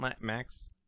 Max